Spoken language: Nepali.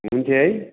हुन्थ्यो है